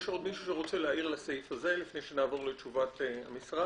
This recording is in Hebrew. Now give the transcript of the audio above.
יש עוד מישהו שרוצה להעיר לסעיף הזה לפני שנעבור לתשובות המשרד?